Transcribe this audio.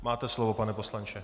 Máte slovo, pane poslanče.